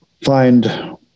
find